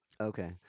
Okay